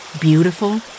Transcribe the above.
Beautiful